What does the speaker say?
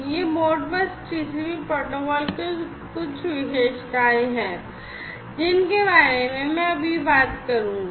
ये Modbus TCP protocol की कुछ विशेषताएं हैं जिनके बारे में मैं अभी बात करूंगा